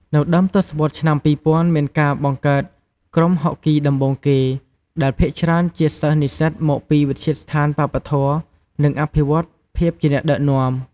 នៅដើមទសវត្សរ៍ឆ្នាំ២០០០ មានការបង្កើតក្រុមហុកគីដំបូងគេ ដែលភាគច្រើនជាសិស្សនិស្សិតមកពីវិទ្យាស្ថានវប្បធម៌ និងអភិវឌ្ឍន៍ភាពជាអ្នកដឹកនាំ។